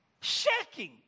shaking